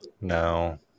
No